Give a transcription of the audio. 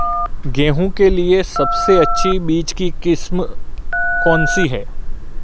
गेहूँ के लिए सबसे अच्छी बीज की किस्म कौनसी है?